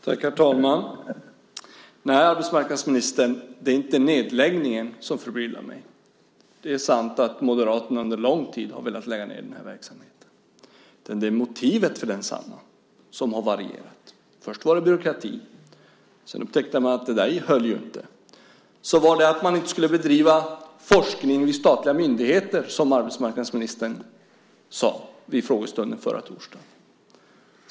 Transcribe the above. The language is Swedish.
Herr talman! Nej, arbetsmarknadsministern, det är inte nedläggningen som förbryllar mig. Det är sant att Moderaterna under lång tid har velat lägga ned denna verksamhet. Det är motivet för densamma som har varierat. Först var det byråkratin. Sedan upptäckte man att det höll ju inte. Därefter var det att man inte skulle bedriva forskning vid statliga myndigheter, som arbetsmarknadsministern sade vid frågestunden förra torsdagen.